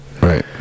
right